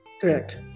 Correct